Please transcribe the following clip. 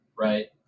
right